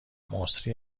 مسری